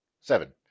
Seven